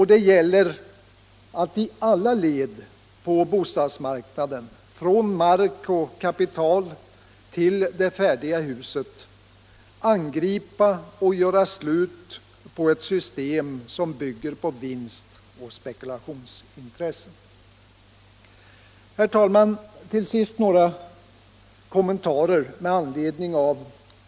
Det gäller att i alla led på bostadsmarknaden, från mark och kapital till det färdiga huset, angripa och göra slut på ett system som bygger på vinst och spekulationsintressen.